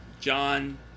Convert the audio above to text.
John